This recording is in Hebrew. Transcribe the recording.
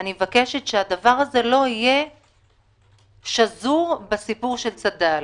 אני מבקשת שהדבר הזה לא יהיה שזור בסיפור של צד"ל.